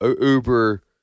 Uber